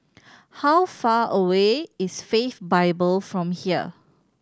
how far away is Faith Bible from here